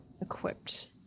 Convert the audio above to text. equipped